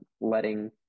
letting